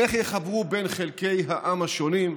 איך יחברו בין חלקי העם השונים,